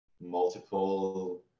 multiple